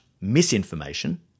misinformation